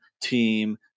team